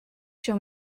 show